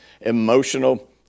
emotional